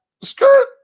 Skirt